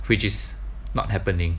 which is not happening